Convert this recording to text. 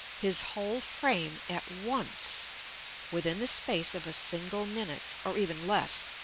his whole frame at once within the space of a single minute, or even less,